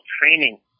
training